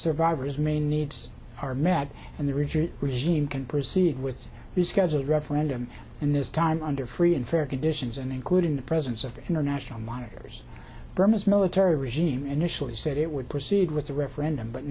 survivors main needs are met and the richard regime can proceed with the scheduled referendum and this time under free and fair conditions and including the presence of international monitors burma's military regime initially said it would proceed with the referendum but